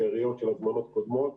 שאריות של הזמנות קודמות.